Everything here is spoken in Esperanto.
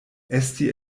esti